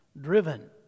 driven